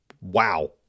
wow